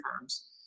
firms